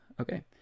okay